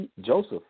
Joseph